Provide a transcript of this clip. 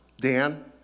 Dan